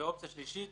אופציה שלישית